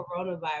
coronavirus